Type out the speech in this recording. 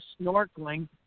snorkeling